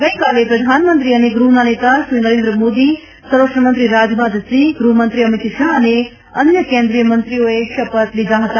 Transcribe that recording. ગઇકાલે પ્રધાનમંત્રી અને ગૂહના નેતાશ્રી નરેન્દ્ર મોદી સંરક્ષણમંત્રી રાજનાથસિંહ ગૃહમંત્રી અમીત શાહ અને અન્ય કેન્દ્રિયમંત્રીઓએ શપથ લીધા હતા